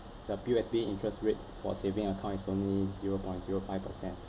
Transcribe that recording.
the P_O_S_B interest rate for saving account is only zero point zero five percent